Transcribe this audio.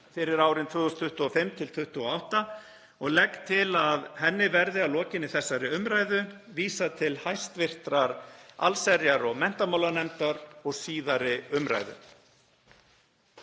fyrir árin 2025–2028 og legg til að henni verði að lokinni þessari umræðu vísað til hv. allsherjar- og menntamálanefndar og síðari umræðu.